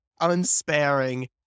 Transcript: unsparing